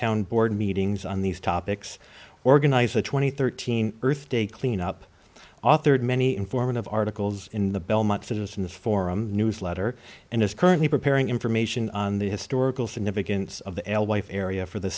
town board meetings on these topics organize the two thousand and thirteen earth day clean up authored many informative articles in the belmont citizens forum newsletter and is currently preparing information on the historical significance of the l life area for the